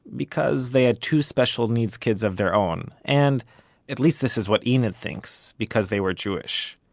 because they had two special needs kids of their own, and at least this is what enid thinks because they were jewish.